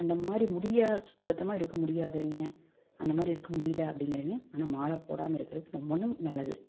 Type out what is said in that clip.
அந்த மாதிரி முடியா சுத்த பத்தமாக இருக்க முடியாதவங்க அந்த மாதிரி இருக்க முடியல அப்படிங்கிறவிங்க ஆனா மாலை போடாம இருக்கிறது ரொம்பனும் நல்லது